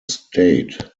state